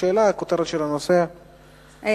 היתה דרישה להקצות